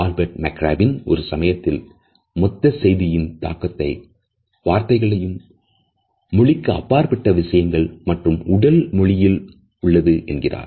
Albert மெக்ராபியன்ஒரு சமயத்தில் மொத்த செய்தியின் தாக்கம் வார்த்தைகள் மொழிக் அப்பாற்பட்ட விஷயங்கள் மற்றும் உடல் மொழியில் உள்ளது என்கிறார்